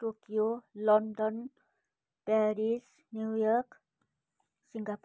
Tokyo London Paris New York Singapore